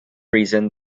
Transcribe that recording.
reason